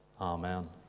Amen